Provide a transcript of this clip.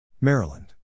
Maryland